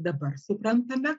dabar suprantame